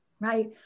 right